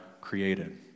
created